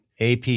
AP